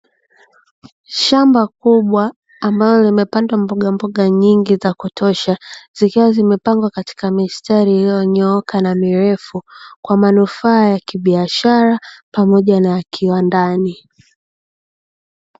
Shamba kubwa, ambalo limepandwa mbogamboga nyingi za kutosha. Zikiwa zimepangwa katika mistari iliyonyooka na mirefu. Kwa manufaa ya kibiashara pamoja na kiwandani.